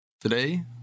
Today